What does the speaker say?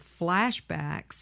flashbacks